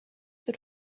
wird